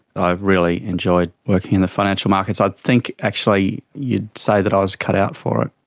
i've really enjoyed working in the financial markets. i think actually you'd say that i was cut out for it.